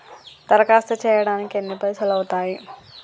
దరఖాస్తు చేయడానికి ఎన్ని పైసలు అవుతయీ?